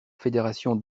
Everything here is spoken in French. fédération